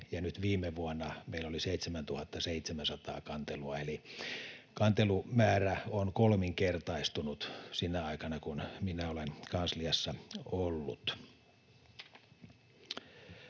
ja nyt viime vuonna meillä oli 7 700 kantelua, eli kantelumäärä on kolminkertaistunut sinä aikana, kun minä olen kansliassa ollut.